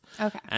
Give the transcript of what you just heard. okay